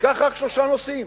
ניקח רק שלושה נושאים.